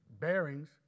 bearings